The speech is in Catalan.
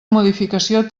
modificació